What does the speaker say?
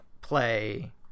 play